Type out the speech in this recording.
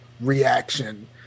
reaction